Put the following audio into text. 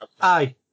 Aye